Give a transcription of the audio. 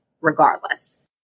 regardless